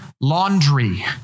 Laundry